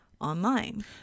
online